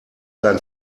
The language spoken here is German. dein